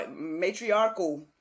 matriarchal